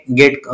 get